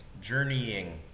journeying